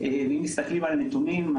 ואם מסתכלים על הנתונים,